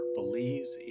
believes